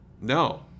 no